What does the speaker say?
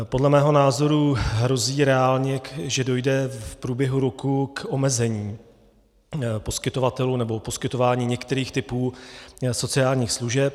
Podle mého názoru hrozí reálně, že dojde v průběhu roku k omezení poskytovatelů nebo poskytování některých typů sociálních služeb.